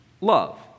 Love